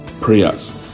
prayers